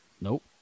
Nope